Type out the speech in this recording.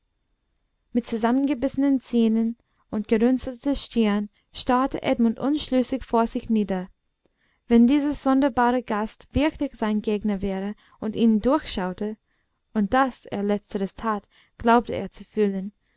mit zusammengebissenen zähnen und gerunzelter stirn starrte edmund unschlüssig vor sich nieder wenn dieser sonderbare gast wirklich sein gegner wäre und ihn durchschaute und daß er letzteres tat glaubte er zu fühlen